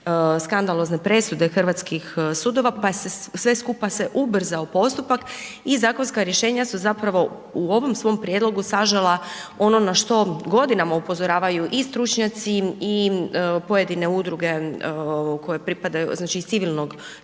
skandalozne presude hrvatskih sudova, pa se sve skupa se ubrzao postupak i zakonska rješenja su zapravo u ovom svom prijedlogu sažela ono na što godinama upozoravaju i stručnjaci i pojedine udruge koje pripadaju, znači iz civilnog, civilnog